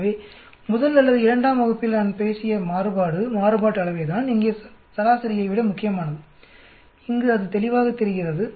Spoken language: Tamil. எனவே முதல் அல்லது இரண்டாம் வகுப்பில் நான் பேசிய மாறுபாடு மாறுபாட்டு அளவை தான் இங்கே சராசரியை விட முக்கியமானது இங்கு அது தெளிவாக தெரிகிறது